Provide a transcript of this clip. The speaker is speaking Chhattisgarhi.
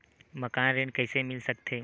मकान ऋण कइसे मिल सकथे?